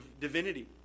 divinity